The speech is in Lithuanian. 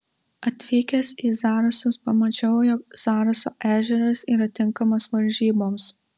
atvykęs į zarasus pamačiau jog zaraso ežeras yra tinkamas varžyboms